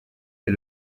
est